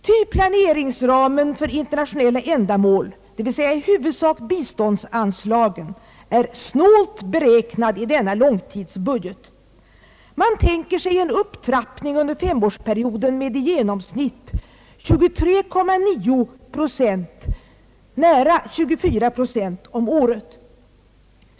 Ty planeringsramen för internationella ändamål, dvs. i huvudsak biståndsanslagen, är snålt beräknad i denna långtidsbudget. Man tänker sig en upptrappning under femårsperioden med i genomsnitt 23,9 procent om året.